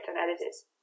analysis